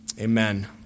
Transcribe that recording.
Amen